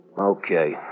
Okay